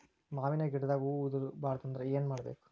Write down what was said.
ಮಾವಿನ ಗಿಡದಾಗ ಹೂವು ಉದುರು ಬಾರದಂದ್ರ ಏನು ಮಾಡಬೇಕು?